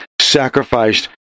sacrificed